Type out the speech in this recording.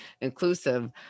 inclusive